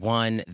one